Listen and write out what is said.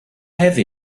have